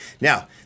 Now